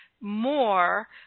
more